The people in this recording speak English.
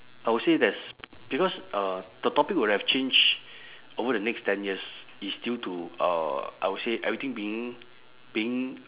I will say there's because uh the topic would have changed over the next ten years is due to uh I will say everything being being